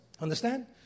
Understand